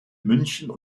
münchen